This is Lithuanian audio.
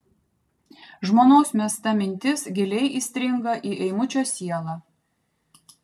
žmonos mesta mintis giliai įstringa į eimučio sielą